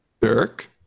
Dirk